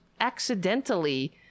accidentally